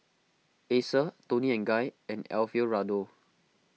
Acer Toni and Guy and Alfio Raldo